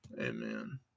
amen